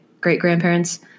great-grandparents